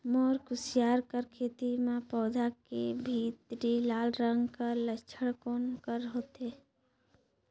मोर कुसियार कर खेती म पौधा के भीतरी लाल रंग कर लक्षण कौन कर होथे?